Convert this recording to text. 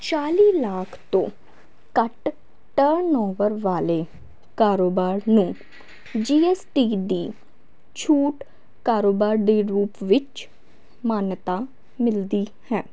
ਚਾਲ੍ਹੀ ਲੱਖ ਤੋਂ ਘੱਟ ਟਰਨਓਵਰ ਵਾਲੇ ਕਾਰੋਬਾਰ ਨੂੰ ਜੀਐਸਟੀ ਦੀ ਛੂਟ ਕਾਰੋਬਾਰ ਦੇ ਰੂਪ ਵਿੱਚ ਮਾਨਤਾ ਮਿਲਦੀ ਹੈ